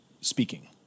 speaking